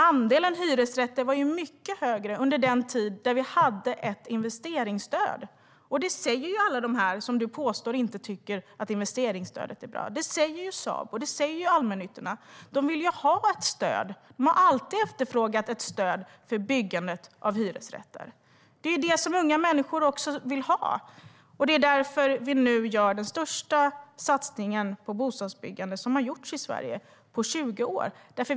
Andelen hyresrätter var mycket högre under den tiden vi hade ett investeringsstöd. Det säger alla de som du påstår inte tycker att investeringsstödet är bra. Sabo och allmännyttan säger det. De vill ha ett stöd och har alltid efterfrågat ett stöd för byggandet av hyresrätter. Det är vad unga människor vill ha. Det är därför vi nu gör den största satsningen på bostadsbyggande som har gjorts i Sverige på 20 år.